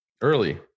Early